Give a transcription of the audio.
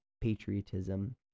patriotism